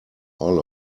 all